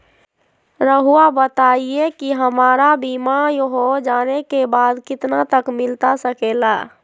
रहुआ बताइए कि हमारा बीमा हो जाने के बाद कितना तक मिलता सके ला?